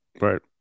Right